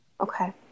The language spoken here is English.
Okay